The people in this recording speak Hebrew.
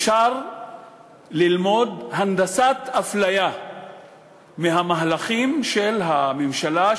אפשר ללמוד הנדסת אפליה מהמהלכים של הממשלה,